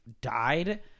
died